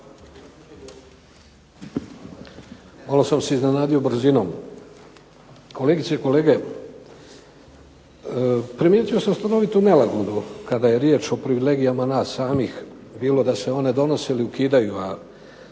Malo sam se iznenadio brzinom. Kolegice i kolege primijetio sam stanovitu nelagodu kada je riječ o privilegijama nas samih, bilo da se one donose ili ukidaju, a